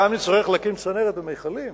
גם נצטרך להקים צנרת ומכלים,